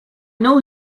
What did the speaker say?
know